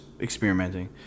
experimenting